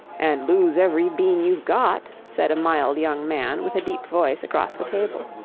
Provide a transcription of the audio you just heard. and lose every bean you've got, said a mild young man, with a deep voice across the table.